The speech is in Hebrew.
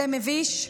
זה מביש.